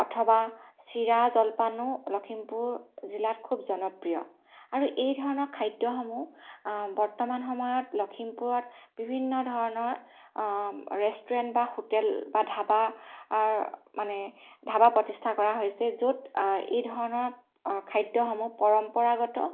অথবা চিৰা জলপানো লখিমপুৰ জিলাত খুব জনপ্ৰিয় আৰু এই ধৰণৰ খাদ্যসমূহ বৰ্তমান সময়ত লখিমপুৰত বিভিন্ন ধৰণৰ ৰেষ্টুৰেণ্ট বা হোটেল বা ধাবাৰ মানে ধাবা প্ৰতিষ্ঠা কৰা হৈছে য'ত এই ধৰণৰ খাদ্যসমূহ পৰম্পৰাগত